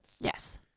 Yes